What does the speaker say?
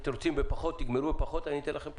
אם אתם רוצים פחות זמן אז תגמרו מהר יותר ואתן לכם.